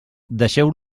deixeu